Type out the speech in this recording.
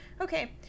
Okay